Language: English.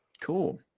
Cool